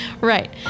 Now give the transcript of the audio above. Right